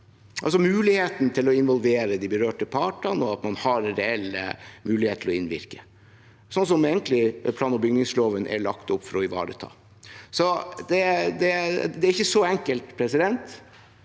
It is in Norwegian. altså muligheten til å involvere de berørte partene, og at man har reell mulighet til å innvirke, som plan- og bygningsloven egentlig er lagt opp for å ivareta. Så det er ikke så enkelt. Særlig